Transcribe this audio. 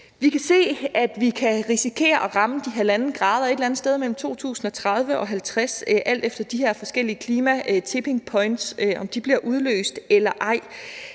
Vi kan se, at vi kan risikere at ramme de 1,5 grader et eller andet sted mellem 2030-2050, alt efter om de her forskellige klimamæssige tipping points bliver udløst eller ej.